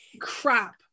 crap